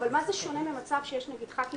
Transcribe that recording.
במה זה שונה ממצב שיש חברת כנסת בשמירת היריון?